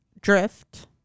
Drift